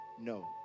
no